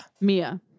Mia